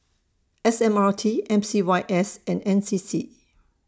S M R T M C Y S and N C C